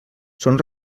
són